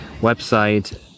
website